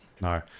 no